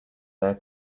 their